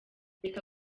reka